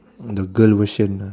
the girl version lah